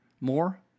more